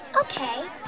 Okay